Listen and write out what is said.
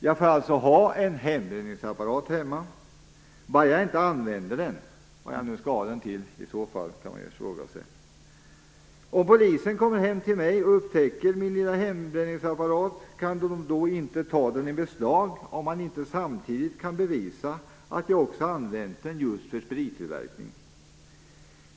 Jag får alltså ha en hembränningsapparat hemma, bara jag inte använder den. Man kan fråga sig vad jag nu i så fall skall ha den till. Om polisen kommer hem till mig och upptäcker min lilla hembränningsapparat kan man inte ta den i beslag om man inte samtidigt kan bevisa att jag har använt den för just sprittillverkning.